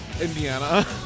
Indiana